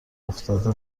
افتاده